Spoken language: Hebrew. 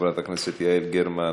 חברת הכנסת יעל גרמן,